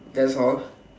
that's all